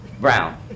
brown